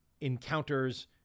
encounters